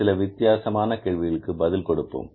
சில வித்தியாசமான கேள்விகளுக்கு பதில் கண்டுபிடிப்போம்